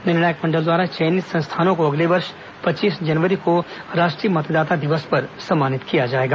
निर्णायक मंडल द्वारा चयनित संस्थानों को अगले वर्ष पच्चीस जनवरी को राष्ट्रीय मतदाता दिवस पर सम्मानित किया जाएगा